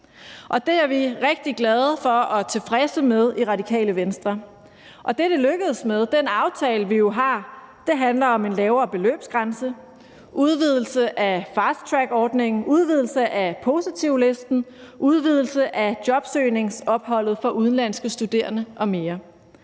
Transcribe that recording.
Det er vi rigtig glade for og tilfredse med i Radikale Venstre. Det, det lykkedes med, og den aftale, vi jo har, handler om en lavere beløbsgrænse, udvidelse af fasttrackordningen, udvidelse af positivlisten, udvidelse af jobsøgningsophold for udenlandske studerende m.m.